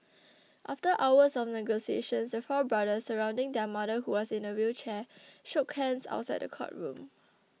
after hours of negotiations the four brothers surrounding their mother who was in a wheelchair shook hands outside the courtroom